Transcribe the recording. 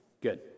Good